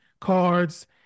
cards